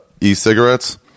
e-cigarettes